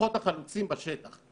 הכוחות החלוצים בשטח,